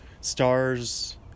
stars